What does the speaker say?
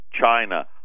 China